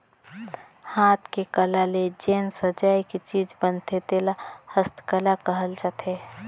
हाथ के कला ले जेन सजाए के चीज बनथे तेला हस्तकला कहल जाथे